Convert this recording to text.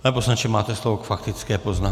Pane poslanče, máte slovo k faktické poznámce.